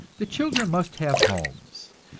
the children must have homes,